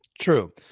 True